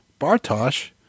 Bartosh